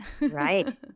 right